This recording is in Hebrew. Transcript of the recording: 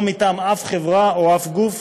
לא מטעם שום חברה או גוף,